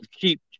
keep